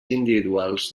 individuals